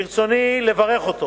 וברצוני לברך אותו